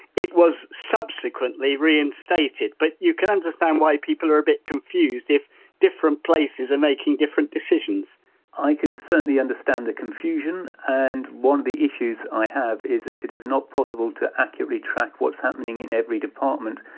it was subsequently reinstated but you can understand why people are a bit confused if different places are making different decisions i can certainly understand the confusion and one of the issues i have is that it is not possible to accurately track what's happening in every department.